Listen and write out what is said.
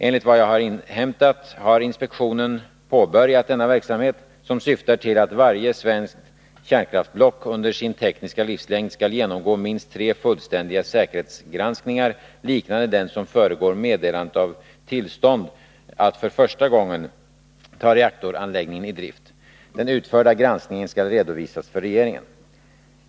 Enligt vad jag inhämtat har inspektionen påbörjat denna verksamhet, som syftar till att varje svenskt kärnkraftsblock under sin tekniska livslängd skall genomgå minst tre fullständiga säkerhetsgranskningar liknande den som föregår meddelandet av tillstånd att för första gången ta reaktoranläggningen i drift. Den utförda granskningen skall redovisas för regeringen.